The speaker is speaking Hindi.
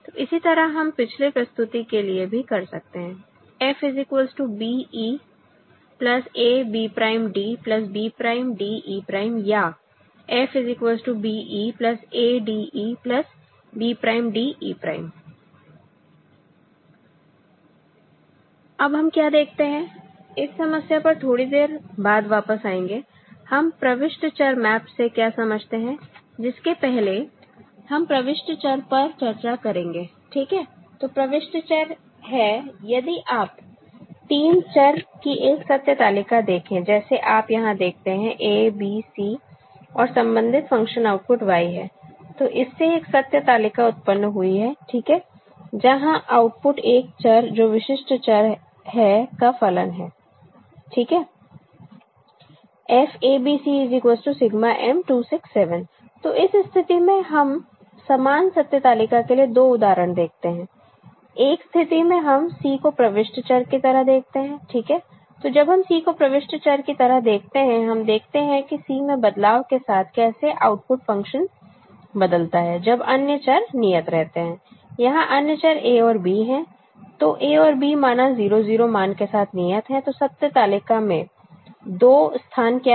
तो इसी तरह हम पिछले प्रस्तुति के लिए भी कर सकते हैं F BE AB'D B'DE' या F BE ADE B'DE' अब हम क्या देखते हैं इस समस्या पर थोड़ी देर बाद वापस आएंगे हम प्रविष्ट चर मैप से क्या समझते हैं जिसके पहले हम प्रविष्ट चर पर चर्चा करेंगे ठीक है तो प्रविष्ट चर है यदि आप 3 चर की एक सत्य तालिका देखें जैसे आप यहां देखते हैं A B Cऔर संबंधित फंक्शन आउटपुट Y है तो इससे एक सत्य तालिका उत्पन्न हुई है ठीक है जहां आउटपुट एक चर जो प्रविष्ट चर है का फलन है ठीक है FABC ∑ m267 तो इस स्थिति में हम समान सत्य तालिका के लिए दो उदाहरण देखते हैं एक स्थिति में हम C को प्रविष्ट चर की तरह देखते हैं ठीक है तो Refer Time 1434 जब हम C को प्रविष्ट चर की तरह देखते हैं हम देखते हैं कि C में बदलाव के साथ कैसे आउटपुट फंक्शन बदलता है जब अन्य चर नियत रहते है यहां अन्य चर A और B है तो A और B माना 0 0 मान के साथ नियत है तो सत्य तालिका में 2 स्थान क्या है